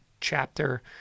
chapter